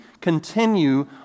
continue